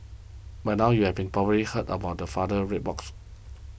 by now you have been probably heard about the father's red box